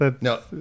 no